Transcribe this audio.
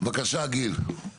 בבקשה, גיל.